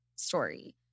story